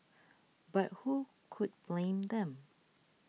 but who could blame them